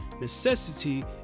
Necessity